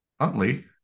Huntley